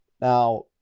Now